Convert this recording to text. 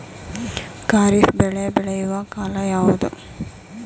ಖಾರಿಫ್ ಬೆಳೆ ಬೆಳೆಯುವ ಕಾಲ ಯಾವುದು?